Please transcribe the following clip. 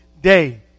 day